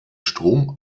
strom